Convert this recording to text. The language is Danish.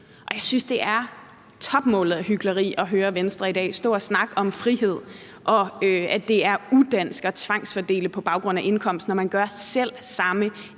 Jeg synes, det er topmålet af hykleri at høre Venstre i dag stå og snakke om frihed og om, at det er udansk at tvangsfordele på baggrund af indkomst, når man gør det selv samme